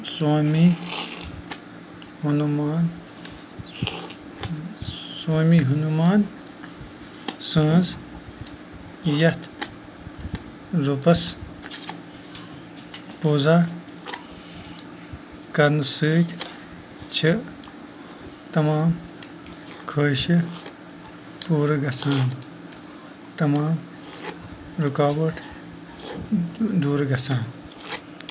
سوامی ہنوٗمان سوامی ہنوٗمان سٕنٛز یَتھ روٗپس پوٗزا کرنہٕ سۭتۍ چھِ تمام خٲہِشہٕ پوٗرٕ گَژھان تَمام رُکاوٹ دوٗرٕ گَژھان